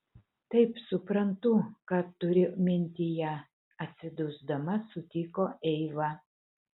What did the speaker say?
taip suprantu ką turi mintyje atsidusdama sutiko eiva